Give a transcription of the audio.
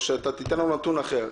או שאתה תיתן לנו נתון אחר.